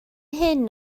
hyn